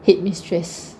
headmistress